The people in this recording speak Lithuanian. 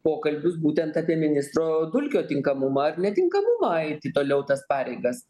pokalbius būtent apie ministro dulkio tinkamumą netinkamumą eiti toliau tas pareigas